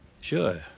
Sure